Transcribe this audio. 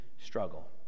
struggle